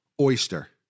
oyster